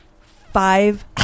five